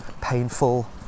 painful